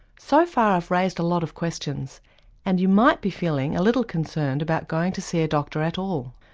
so far i've raised a lot of questions and you might be feeling a little concerned about going to see a doctor at all.